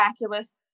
miraculous